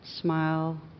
Smile